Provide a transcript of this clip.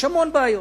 יש המון בעיות.